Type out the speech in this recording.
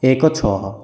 ଏକ ଛଅଶହ